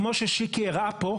כמו ששיקי הראה כאן,